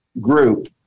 group